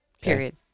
Period